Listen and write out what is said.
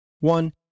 One